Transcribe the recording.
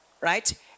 right